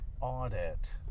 audit